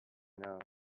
know